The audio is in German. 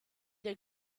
der